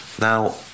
Now